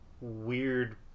weird